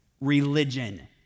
Religion